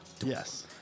Yes